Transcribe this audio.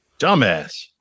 dumbass